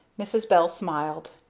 mrs. bell smiled.